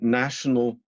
national